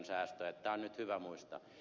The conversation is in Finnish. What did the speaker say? tämä on nyt hyvä muistaa